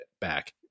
back